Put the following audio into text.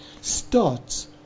starts